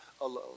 alone